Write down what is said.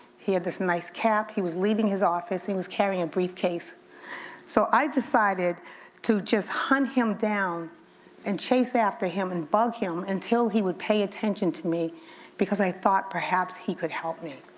he had this nice cap, he was leaving his office and he was carrying a briefcase so i decided to just hunt him down and chase after him and bug him until he would pay attention to me because i thought, perhaps he could help me.